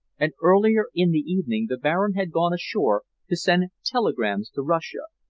and earlier in the evening the baron had gone ashore to send telegrams to russia,